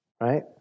right